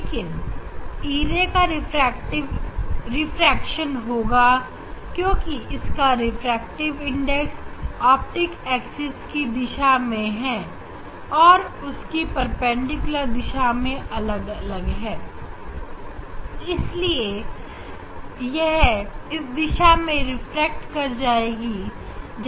लेकिन e ray का refraction होगा क्योंकि इसका रिफ्रैक्टिव इंडेक्स ऑप्टिक एक्सिस की दिशा में और उसकी परपेंडिकुलर दिशा में अलग अलग है इसलिए यह इस दिशा में रिफ्रैक्ट कर जाएगी